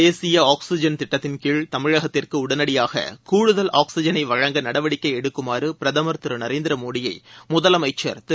தேசிய ஆக்சிஜன் திட்டத்தின் கீழ் தமிழகத்திற்கு உடனடியாக கூடுதல் ஆக்சிஜனை வழங்க நடவடிக்கை எடுக்குமாறு பிரதமர் திரு நரேந்திர மோடியை முதலமைச்சர் திரு